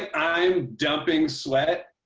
i'm dumping sweat.